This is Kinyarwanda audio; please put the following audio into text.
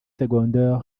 secondaire